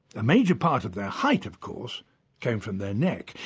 major part of their height of course came from their neck,